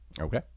Okay